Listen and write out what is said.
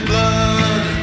Blood